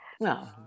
No